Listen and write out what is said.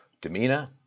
demeanor